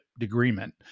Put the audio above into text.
agreement